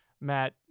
Matt